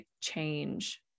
change